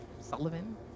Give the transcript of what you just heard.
Sullivan